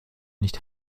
nicht